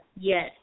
Yes